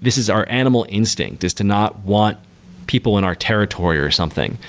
this is our animal instinct, is to not want people in our territory or something.